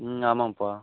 ம் ஆமாப்பா